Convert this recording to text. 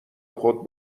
خود